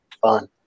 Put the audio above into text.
fun